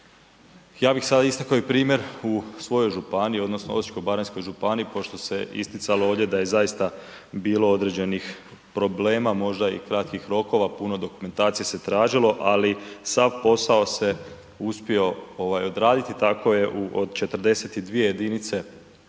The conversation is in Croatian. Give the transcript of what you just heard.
Ja bih sada istakao i primjer u svojoj županiji, odnosno Osječko-baranjskoj županiji, kao što se isticalo ovdje da je zaista bilo određenih problema, možda i kratkih rokova, puno dokumentacije se tražilo, ali sav posao se uspio odraditi, tako je od 42 jedinice općina